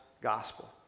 gospel